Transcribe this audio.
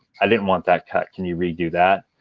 i didn't want that cut, can you redo that.